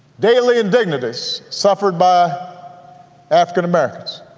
daily indignities suffered by african-americans